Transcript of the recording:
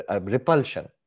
repulsion